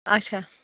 اَچھا